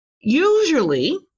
Usually